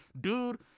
dude